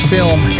Film